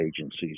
agencies